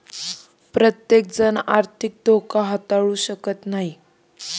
प्रत्येकजण आर्थिक धोका हाताळू शकत नाही